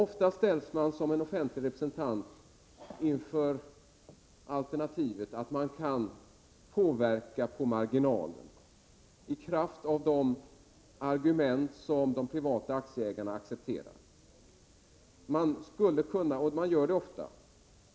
Ofta ställs man som offentlig representant inför alternativet att bara kunna påverka på marginalen i kraft av de argument som de privata aktieägarna accepterat; det sker ofta.